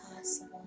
possible